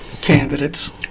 candidates